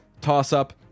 toss-up